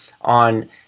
on